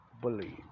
believe